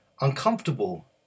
uncomfortable